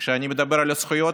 וכשאני מדבר על הזכויות,